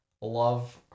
love